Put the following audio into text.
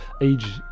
age